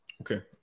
Okay